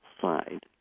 side